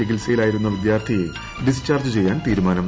ചികിത്സയിലായിരുന്ന വിദ്യാർത്ഥിയെ ഡിസ്ചാർജ് ചെയ്യാൻ തീരുമാനം